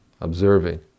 observing